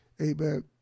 Amen